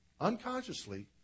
unconsciously